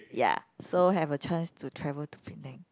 ya so have a chance to travel to Penang